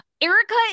Erica